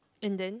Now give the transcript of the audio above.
and then